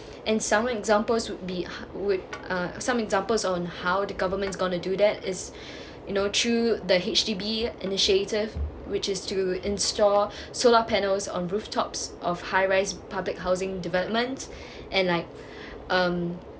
and some examples would be h~ would uh some examples on how the government's is gonna do that is you know through the H_D_B initiative which is to install solar panels on rooftops of high rise public housing development and like um